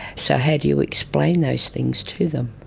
so how do you explain those things to them?